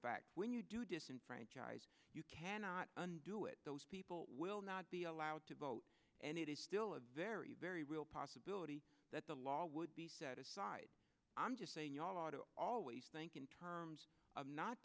fact when you do disenfranchise you cannot do it those people will not be allowed to vote and it is still a very very real possibility that the law would be set aside i'm just saying your law to always think in terms of not